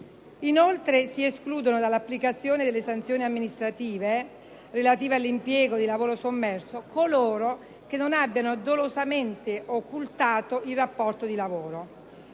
inoltre dall'applicazione delle sanzioni amministrative relative all'impiego di lavoro sommerso coloro che non abbiano dolosamente occultato il rapporto di lavoro.